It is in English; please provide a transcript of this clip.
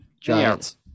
Giants